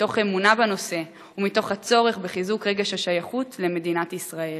מתוך אמונה בנושא ומתוך הצורך בחיזוק רגש השייכות למדינת ישראל.